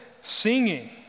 singing